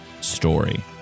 story